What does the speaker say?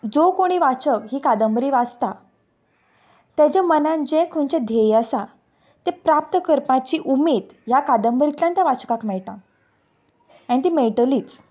जो कोणी वाचक ही कादंबरी वाचता तेज्या मनान जें खंचें धेय आसा ती प्राप्त करपाची उमेद ह्या कादंबरीतल्यान त्या वाचकाक मेळटा एन ती मेळटलीच